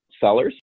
sellers